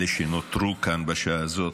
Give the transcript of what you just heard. אלה שנותרו כאן בשעה הזאת.